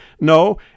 No